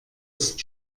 ist